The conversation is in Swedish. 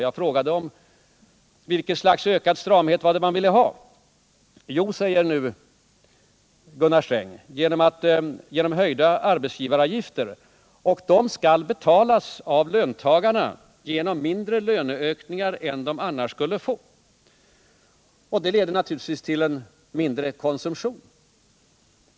Jo, säger nu Gunnar Sträng, vi vill ha en ökad stramhet genom höjda arbetsgivaravgifter som skall betalas av löntagarna genom mindre löneökningar än de annars skulle få. Det leder naturligtvis till en lägre konsumtion.